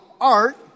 art